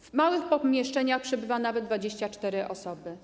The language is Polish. W małych pomieszczeniach przebywają nawet 24 osoby.